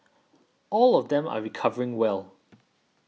all of them are recovering well